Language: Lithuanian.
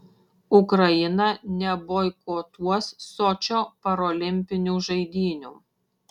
ukraina neboikotuos sočio parolimpinių žaidynių